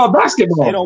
basketball